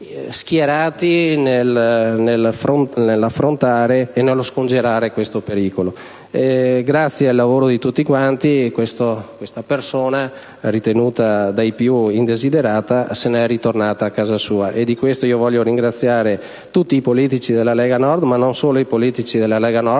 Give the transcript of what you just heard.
Grazie al lavoro di tutti, questa persona, ritenuta dai più indesiderata, è tornata a casa sua.